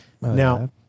Now